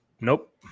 Nope